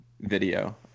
video